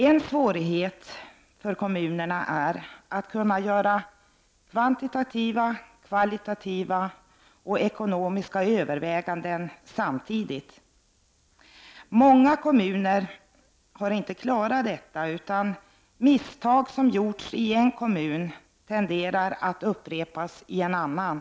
En svårighet för kommunerna är att göra kvantitativa, kvalitativa och ekonomiska överväganden samtidigt. Många kommuner klarar inte detta, utan misstag som gjorts i en kommun tenderar att upprepas i en annan.